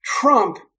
Trump